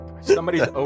Somebody's